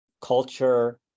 culture